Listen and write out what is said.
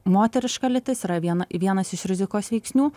moteriška lytis yra viena vienas iš rizikos veiksnių